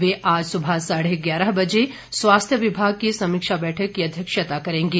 वे आज सुबह साढ़े गयारह बजे स्वास्थ्य विभाग की समीक्षा बैठक की अध्यक्षता करेंगे